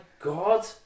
god